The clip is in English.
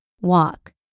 Walk